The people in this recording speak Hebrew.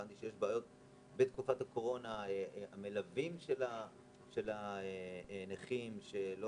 הבנתי שיש בעיות בתקופת הקורונה מבחינת המלווים של הנכים ולא